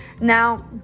Now